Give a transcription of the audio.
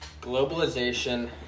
globalization